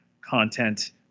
content